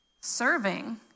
serving